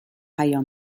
پیام